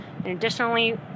Additionally